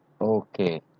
Okay